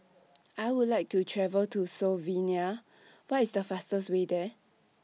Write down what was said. I Would like to travel to Slovenia What IS The fastest Way There